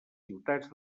ciutats